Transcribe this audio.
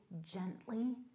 gently